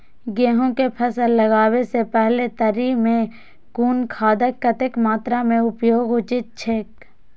गेहूं के फसल लगाबे से पेहले तरी में कुन खादक कतेक मात्रा में उपयोग उचित छेक?